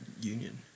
union